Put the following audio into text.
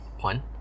one